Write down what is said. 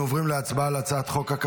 אנחנו עוברים להצבעה על הצעת חוק.